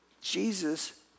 Jesus